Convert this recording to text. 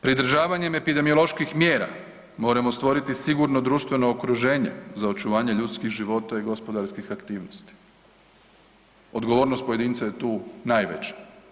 Pridržavanjem epidemioloških mjera moramo stvoriti sigurno društveno okruženje za očuvanje ljudskih života i gospodarskih aktivnosti, odgovornost pojedinca je tu najveća.